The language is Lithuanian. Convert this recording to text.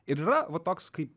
ir yra va toks kaip